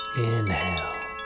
Inhale